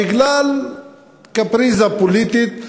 בגלל קפריזה פוליטית,